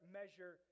measure